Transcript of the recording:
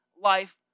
life